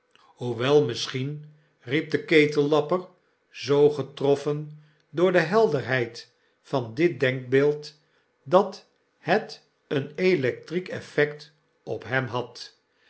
hoewel misschien riep de ketellapper zoo getroffen door de helderheid van ditdenkbeeld dat het een electriek effect op hem had